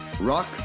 Rock